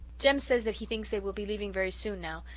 jem says that he thinks they will be leaving very soon now,